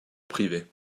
privée